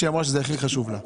צריך היה חקיקה כדי לעשות את זה.